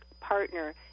partner